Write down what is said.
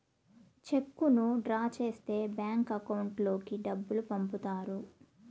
చెక్కును డ్రా చేస్తే bank account లోకి డబ్బులు పంపుతారు